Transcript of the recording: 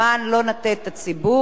למען לא נטעה את הציבור.